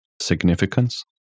significance